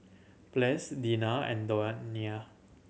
Ples Deena and Donia